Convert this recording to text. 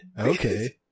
Okay